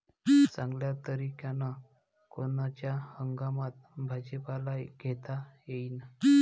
चांगल्या तरीक्यानं कोनच्या हंगामात भाजीपाला घेता येईन?